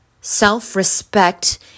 self-respect